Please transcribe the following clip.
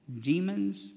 demons